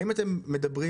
האם אתם מדברים,